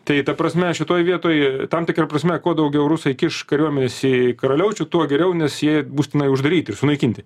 tai ta prasme šitoj vietoje tam tikra prasme kuo daugiau rusai kiš kariuomenės į karaliaučių tuo geriau nes jie bus tenai uždaryti ir sunaikinti